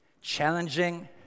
challenging